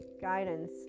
guidance